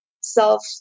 self